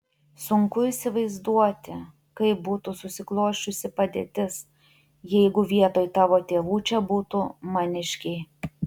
sunku įsivaizduoti kaip būtų susiklosčiusi padėtis jeigu vietoj tavo tėvų čia būtų maniškiai